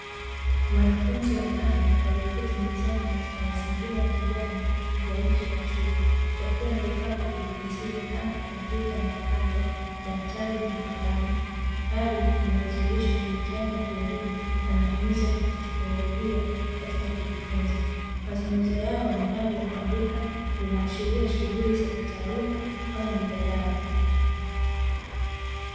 Wanafunzi watano walioketi mezani katika mazingira ya kijani ya nje ya chuo, wakiwa na vifaa vya kujifunzia kama: kompyuta mpakato, daftari na kalamu. Hali inayodhihirisha ushirikiano wa kielimu na matumizi ya kiteknolojia katika kujifunza. Mazungumzo yao ni hali ya kuandika, vinaashiria shughuli za kitaaluma kama mijadala.